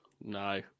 No